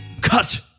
cut